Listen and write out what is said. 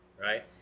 right